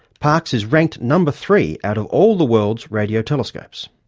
parkes is ranked number three out of all the world's radio telescopes.